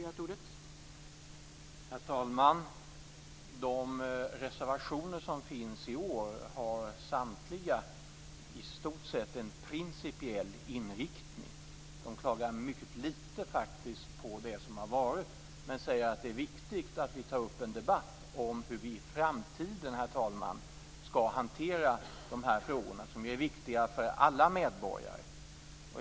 Herr talman! De reservationer som finns i år har samtliga i stort sett en principiell inriktning. De klagar faktiskt mycket litet på det som har varit men säger att det är viktigt att vi tar upp en debatt om hur vi i framtiden, herr talman, skall hantera dessa frågor som är viktiga för alla medborgare.